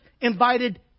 invited